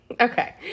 Okay